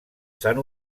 sant